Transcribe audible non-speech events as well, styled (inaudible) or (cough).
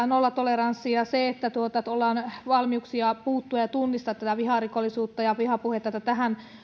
(unintelligible) nollatoleranssi ja se että on valmiuksia puuttua ja tunnistaa viharikollisuutta ja vihapuhetta että tähän